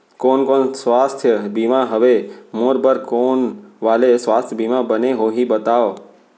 कोन कोन स्वास्थ्य बीमा हवे, मोर बर कोन वाले स्वास्थ बीमा बने होही बताव?